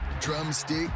drumstick